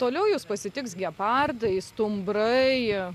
toliau jus pasitiks gepardai stumbrai